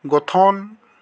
গঠন